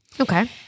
Okay